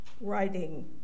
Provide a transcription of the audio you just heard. writing